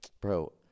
bro